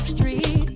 Street